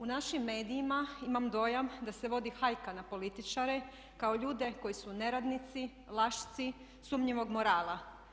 U našim medijima imam dojam da se vodi hajka na političare kao ljude koji su neradnici, lašci, sumnjivog morala.